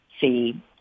see